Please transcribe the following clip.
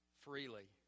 freely